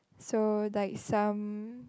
so like some